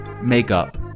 makeup